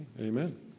Amen